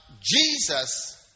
Jesus